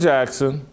Jackson